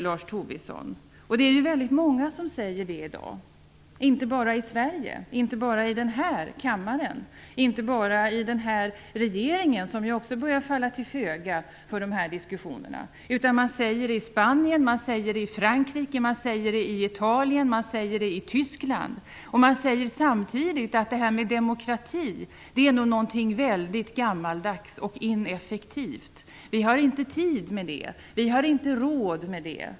Det är många som säger så i dag, inte bara i Sverige och i den här kammaren och i den här regeringen. Regeringen börjar ju också falla till föga för dessa diskussioner. Man säger detta i Spanien, Frankrike, Italien och Tyskland. Samtidigt säger man att det här med demokrati är någonting väldigt gammaldags och ineffektivt och att man inte har tid och råd med det.